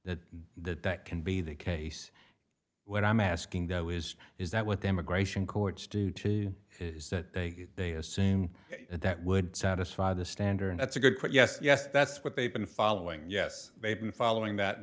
that that that can be the case what i'm asking though is is that what the immigration courts do to you is that they assume that that would satisfy the standard that's a good point yes yes that's what they've been following yes they've been following that